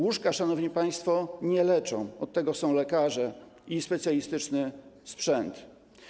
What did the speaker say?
Łóżka, szanowni państwo, nie leczą, od tego są lekarze i specjalistyczny sprzęt.